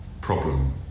problem